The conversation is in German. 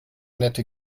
nette